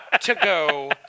Togo